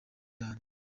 cyane